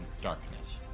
darkness